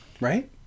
Right